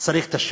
צריך את השינוי,